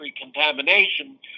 contamination